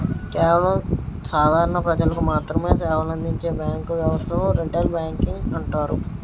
కేవలం సాధారణ ప్రజలకు మాత్రమె సేవలందించే బ్యాంకు వ్యవస్థను రిటైల్ బ్యాంకింగ్ అంటారు